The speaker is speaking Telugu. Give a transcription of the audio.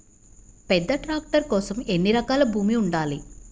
పెద్ద ట్రాక్టర్ కోసం ఎన్ని ఎకరాల భూమి ఉండాలి?